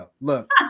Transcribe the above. Look